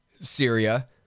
Syria